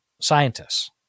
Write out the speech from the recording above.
scientists